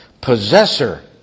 Possessor